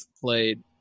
played